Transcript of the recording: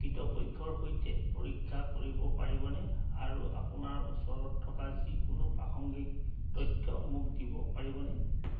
কৃতপক্ষৰ সৈতে পৰীক্ষা কৰিব পাৰিবনে আৰু আপোনাৰ ওচৰত থকা যিকোনো প্ৰাসংগিক তথ্য মোক দিব পাৰিবনে